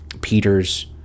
Peter's